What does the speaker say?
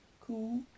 Cool